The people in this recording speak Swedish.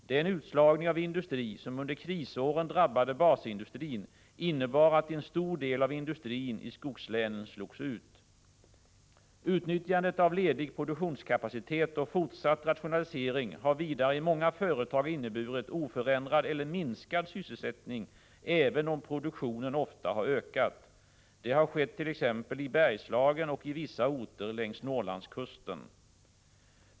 Den utslagning av industri som under krisåren drabbade basindustrin innebar att en stor del av industrin i skogslänen slogs ut. Utnyttjandet av ledig produktionskapacitet och fortsatt rationalisering har vidare i många företag inneburit oförändrad eller minskad sysselsättning även om produktionen ofta har ökat. Det har skett i t.ex. Bergslagen och i vissa orter längs Norrlandskusten.